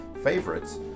favorites